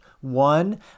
one